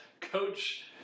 coach